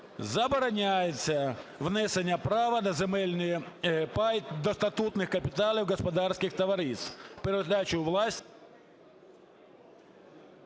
забороняється внесення права на земельний пай до статутних капіталів господарських товариств,